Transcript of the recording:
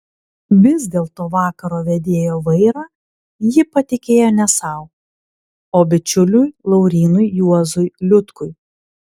vis dėlto vakaro vedėjo vairą ji patikėjo ne sau o bičiuliui laurynui juozui liutkui